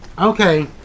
Okay